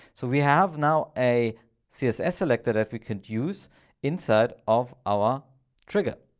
so we have now a css selected if you can use inside of our trigger.